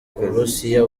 uburusiya